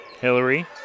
Hillary